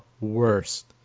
worst